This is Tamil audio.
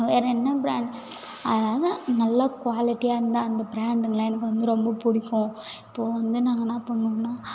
வேறு என்ன ப்ராண்ட் அதனால் நல்ல குவாலிட்டியாக இருந்தால் அந்த ப்ராண்டுங்கள்லாம் எனக்கு வந்து ரொம்ப பிடிக்கும் இப்போ வந்து நாங்கள் என்ன பண்ணோம்னா